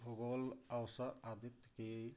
भूगोल अवसर आदि की